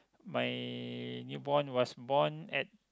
my newborn was born at